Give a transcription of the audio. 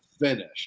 finished